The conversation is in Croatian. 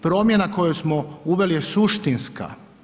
Promjena koju smo uveli je suštinska.